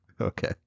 Okay